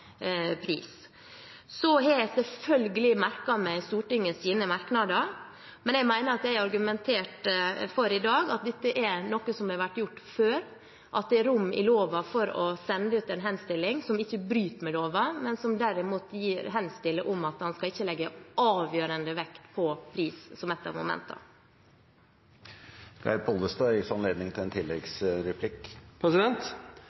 har jeg selvfølgelig merket meg Stortingets merknader, men jeg mener at jeg i dag har argumentert for at dette er noe som har vært gjort før, at det i loven er rom for å sende ut en henstilling som ikke bryter med loven, men at man derimot henstiller om at man ikke skal legge avgjørende vekt på pris, som et av